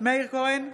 מאיר כהן,